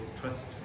trust